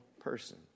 person